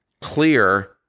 clear